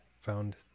found